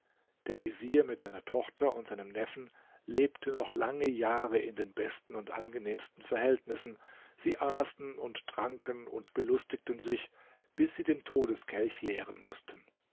der vezier mit seiner tochter und seinem neffen lebte noch lange jahre in den besten und angenehmsten verhältnissen sie aßen und tranken und belustigten sich bis sie den todeskelch leeren mußten